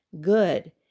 good